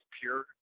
pure